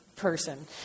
person